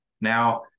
Now